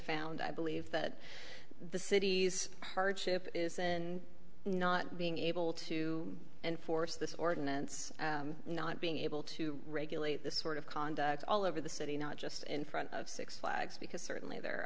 found i believe that the city's hardship is and not being able to enforce this ordinance not being able to regulate this sort of conduct all over the city not just in front of six flags because certainly there